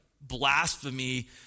blasphemy